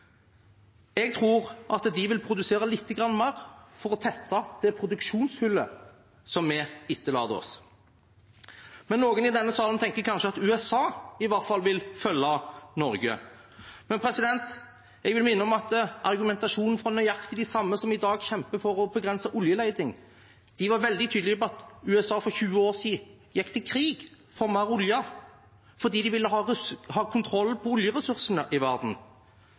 Jeg tror at de vil produsere lite grann mer for å tette det produksjonshullet som vi etterlater oss. Noen i denne salen tenker kanskje at USA i hvert fall vil følge Norge. Jeg vil minne om argumentasjonen fra nøyaktig de samme som i dag kjemper for å begrense oljeletingen. De var veldig tydelige på at USA for 20 år siden gikk til krig for mer olje, fordi de ville ha kontroll over oljeressursene i verden.